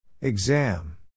Exam